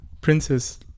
Princess